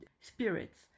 spirits